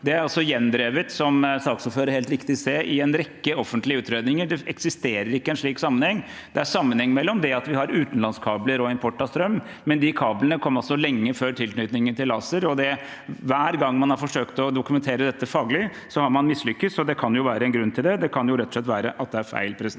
altså er gjendrevet, slik saksordføreren helt riktig sa, i en rekke offentlige utredninger. Det eksisterer ikke en slik sammenheng. Det er en sammenheng mellom det at vi har utenlandskabler og import av strøm, men de kablene kom altså lenge før tilknytningen til ACER, og hver gang man har forsøkt å dokumentere dette faglig, har man mislyktes. Det kan jo være en grunn til det – det kan jo rett og slett være at det er feil. Presidenten